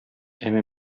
әмма